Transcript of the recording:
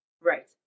Right